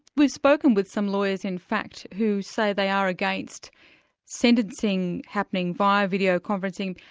we've spoken with some lawyers in fact who say they are against sentencing happening via video conferencing.